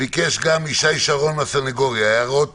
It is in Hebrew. ביקש גם ישי שרון מהסנגוריה הערות